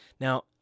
Now